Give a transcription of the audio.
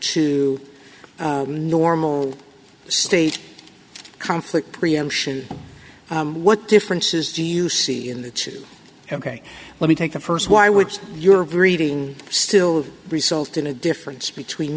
the normal state conflict preemption what differences do you see in the two ok let me take the first why would your reading still result in a difference between